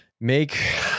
make